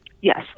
yes